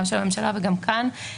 גם של הממשלה וגם כאן,